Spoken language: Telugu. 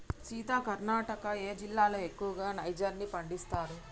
సీత కర్ణాటకలో ఏ జిల్లాలో ఎక్కువగా నైజర్ ని పండిస్తారు